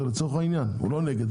הוא לא נגד,